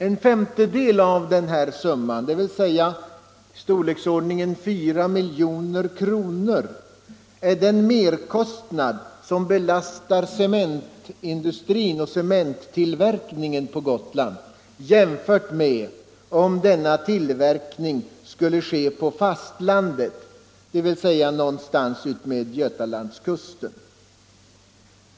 En femtedel av nyssnämnda summa — dvs. ca 4 milj.kr. — är den merkostnad som belastar cementtillverkningen på Gotland jämfört med om denna tillverkning skulle ske på fastlandet någonstans utmed Götalandskusten.